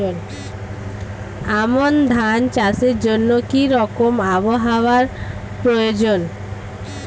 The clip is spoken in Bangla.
আমন ধান চাষের জন্য কি রকম আবহাওয়া প্রয়োজন?